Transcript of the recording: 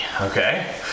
okay